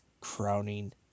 crowning